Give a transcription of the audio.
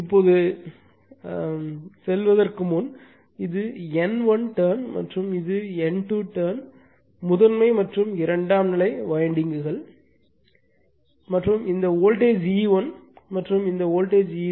இப்போது எதற்கும் செல்வதற்கு முன் இது N1 டர்ன் மற்றும் இது N2 டர்ன் முதன்மை மற்றும் இரண்டாம் நிலை வைண்டிங்குகள் மற்றும் இந்த வோல்டேஜ் E1 மற்றும் இந்த வோல்டேஜ் E2